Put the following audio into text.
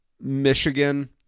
Michigan